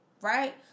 right